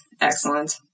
Excellent